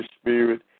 spirit